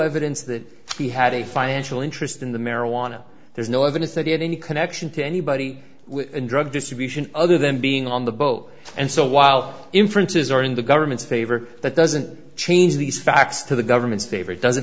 evidence that he had a financial interest in the marijuana there's no evidence that he had any connection to anybody in drug distribution other than being on the boat and so while inferences are in the government's favor that doesn't change these facts to the government's favor it doesn't